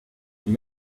you